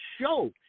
show